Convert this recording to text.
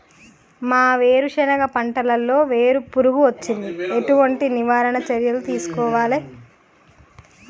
మా వేరుశెనగ పంటలలో వేరు పురుగు వచ్చింది? ఎటువంటి నివారణ చర్యలు తీసుకోవాలే?